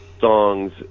songs